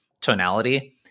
tonality